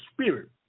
spirit